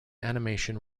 animation